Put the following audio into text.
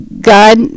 God